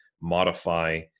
modify